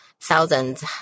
thousands